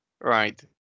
Right